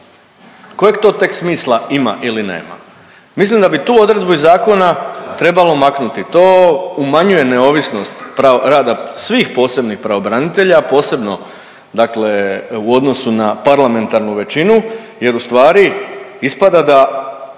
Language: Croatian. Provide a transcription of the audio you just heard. kojeg to tek smisla ima ili nema. Mislim da bi tu odredbu iz zakona trebalo maknuti. To umanjuje neovisnost rada svih posebnih pravobranitelja, a posebno dakle u odnosu na parlamentarnu većinu jer u stvari ispada da